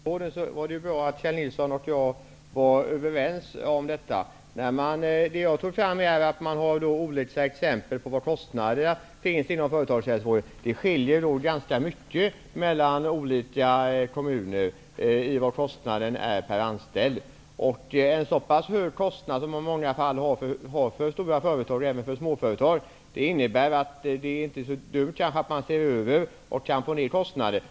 Fru talman! Det var ju bra att Kjell Nilsson och jag var överens när det gällde effektiviseringen av företagshälsovården. Vad jag tog fram var exempel på olika kostnader inom företagshälsovården. Kostnaden per anställd skiljer nog ganska mycket mellan olika kommuner. Man har i många fall höga kostnader på stora företag och även på småföretag, och det vore därför kanske inte så dumt att undersöka om det inte går att få ned kostnaderna.